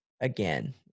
again